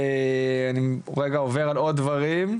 אנשים שממש הגיעו לבית חולים לטיפול